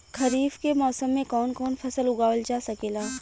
खरीफ के मौसम मे कवन कवन फसल उगावल जा सकेला?